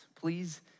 please